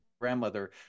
grandmother